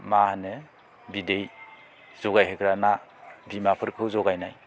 मा होनो बिदै जगायहोग्रा ना बिमाफोरखौ जगायनाय